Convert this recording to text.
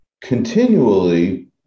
continually